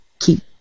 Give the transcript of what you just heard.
keep